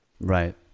Right